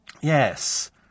yes